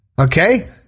Okay